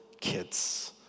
kids